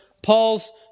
Paul's